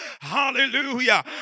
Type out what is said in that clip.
Hallelujah